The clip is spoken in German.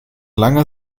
langer